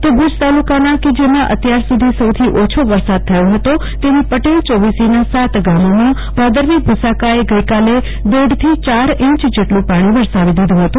તો ભુજ તાલુકાના કે જેમાં અત્યાર સુધી સૌથી ઓછો વરસાદ થયો હોય તેવી પટેલ યોવીસીના સાત ગામોમાં ભાદરવી ભુસાકાએ ગઈકાલે દોઢથી યાર ઈંચ જેટલુ પાણી વરસાવી દીધુ હતું